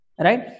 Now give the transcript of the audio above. Right